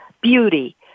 beauty